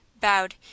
bowed